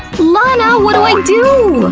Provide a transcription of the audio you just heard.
lana, what do i do!